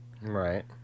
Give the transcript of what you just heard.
Right